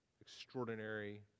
extraordinary